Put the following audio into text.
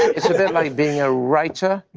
it's a bit like being a writer.